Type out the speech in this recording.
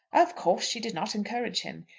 of course she did not encourage him.